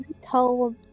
tell